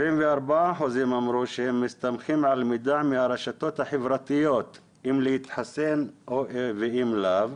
74% אמרו שהם מסתמכים על מידע מהרשתות החברתיות אם להתחסן ואם לאו.